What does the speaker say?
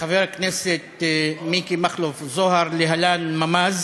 חבר הכנסת מיקי מכלוף זוהר, להלן ממ"ז,